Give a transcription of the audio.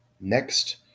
next